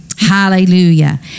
Hallelujah